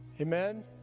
Amen